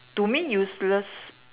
to me useless